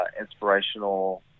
inspirational